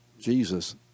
Jesus